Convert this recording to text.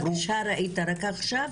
את הבקשה ראית רק עכשיו?